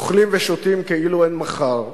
אוכלים ושותים כאילו אין מחר,